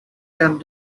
can